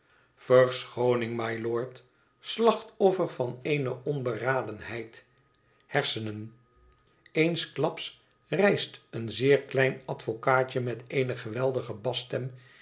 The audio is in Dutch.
verschooning m'lord slachtoffer van eene onberadenheid hersenen eensklaps rijst een zeer klein advocaatje met eene geweldige basstem